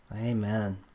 Amen